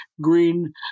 green